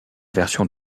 version